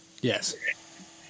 Yes